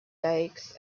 dikes